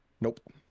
Nope